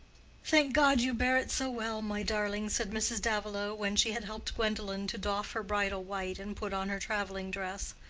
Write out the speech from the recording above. thank god you bear it so well, my darling! said mrs. davilow, when she had helped gwendolen to doff her bridal white and put on her traveling dress.